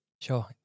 Sure